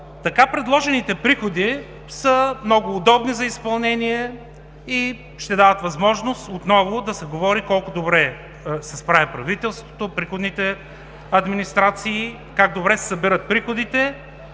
Така предложените приходи са много удобни за изпълнение и ще дадат възможност отново да се говори колко добре се справя правителството, приходните администрации, как добре се събират приходите,